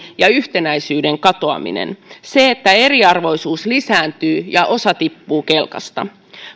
ja yhtenäisyyden katoaminen se että eriarvoisuus lisääntyy ja osa tippuu kelkasta